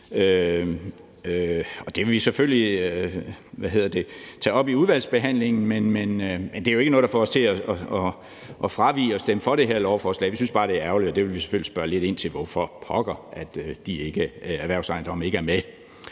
det vil vi selvfølgelig tage op i udvalgsbehandlingen, men det er ikke noget, der får os til at fravige at stemme for det her lovforslag, men vi synes bare, det er ærgerligt, og vi vil selvfølgelig spørge lidt ind til, hvorfor pokker erhvervsejendomme ikke er med.